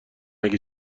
اگه